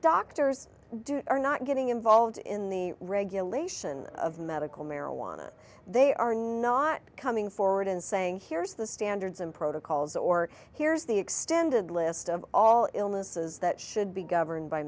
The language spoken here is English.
doctors do are not getting involved in the regulation of medical marijuana they are not coming forward and saying here's the standards and protocols or here's the extended list of all illnesses that should be governed by